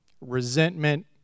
resentment